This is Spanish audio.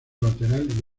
lateral